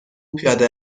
پیاده